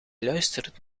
luistert